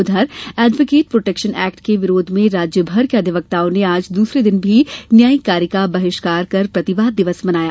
उधर advocate protection act के विरोध में राज्य भर के अधिवक्ताओं ने आज दूसरे दिन भी न्यायिक कार्य का बहिष्कार कर प्रतिवाद दिवस मनाया